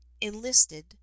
enlisted